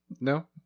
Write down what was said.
no